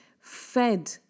fed